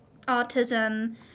autism